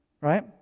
Right